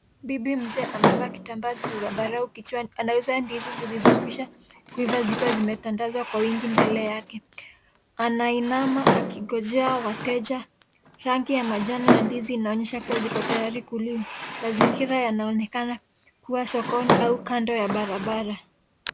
Bibi mzee amevaa kitambaa cha zambarau kichwani. Anauza ndizi zilizokwisha kuiva zikiwa zimetandazwa kwa wingi mbele yake. Anainama akingojea wateja. Rangi ya majano ya ndizi inaonyesha kuwa ziko tayari kuliwa. Mazingira yanaonekana kuwa sokoni au kando ya barabara.